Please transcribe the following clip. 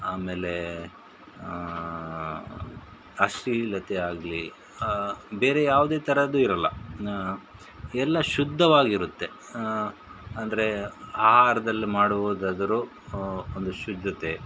ಆಮೇಲೆ ಅಶ್ಲೀಲತೆ ಆಗಲಿ ಬೇರೆ ಯಾವುದೇ ಥರದ್ದು ಇರೋಲ್ಲ ಎಲ್ಲ ಶುದ್ಧವಾಗಿರುತ್ತೆ ಅಂದರೆ ಆಹಾರದಲ್ಲಿ ಮಾಡುವುದಾದರೂ ಒಂದು ಶುದ್ಧತೆ